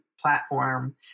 platform